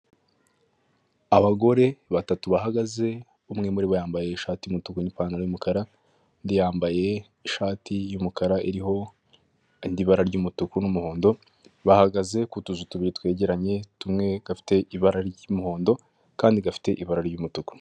Abagore batatu bahagaze umwe muribo yambaye ishati y'umutuku n'ipantaro y'umukara, undi yambaye ishati y'umukara iriho ibara ry'umutuku n'umuhondo, bahagaze ku tuzu tubiri twegeranye tumwe gafite ibara ry'umuhondo kandi gafite ibara ry'umutuku.